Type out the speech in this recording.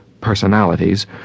personalities